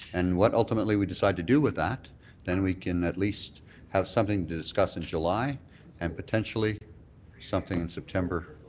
and what ultimately we decide to do with that and then we can at least have something to discuss in july and potentially something in september.